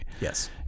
yes